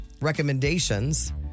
recommendations